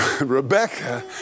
Rebecca